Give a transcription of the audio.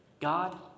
God